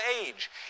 age